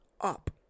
up